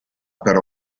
però